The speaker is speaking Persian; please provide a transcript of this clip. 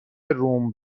روم